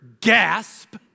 gasp